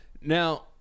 Now